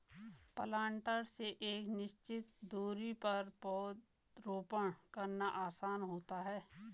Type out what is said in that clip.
planter से एक निश्चित दुरी पर पौधरोपण करना आसान होता है